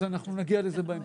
אנחנו נגיע לזה בהמשך.